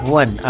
one